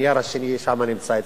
הנייר השני שם, נמצא אצלי.